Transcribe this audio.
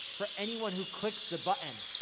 for anyone who clicks the button,